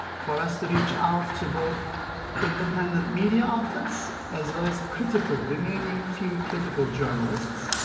for us to reach out to both independent media outlets as well as critical remaining, few, critical journalists,